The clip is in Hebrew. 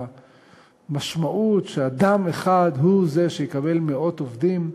מה המשמעות שאדם אחד הוא שיקבל מאות עובדים.